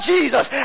Jesus